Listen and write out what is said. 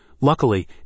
Luckily